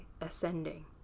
ascending